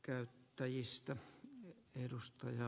arvoisa puhemies